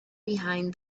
behind